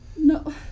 No